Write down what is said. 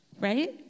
right